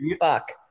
fuck